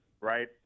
right